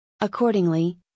Accordingly